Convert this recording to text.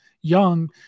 young